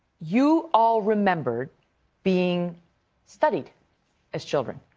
you all remembered being studied as children.